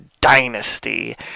dynasty